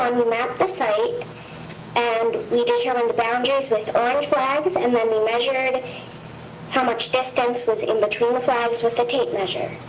um we mapped the site and we determined the boundaries with orange flags and then we measured how much distance was in between the flags with the tape measure.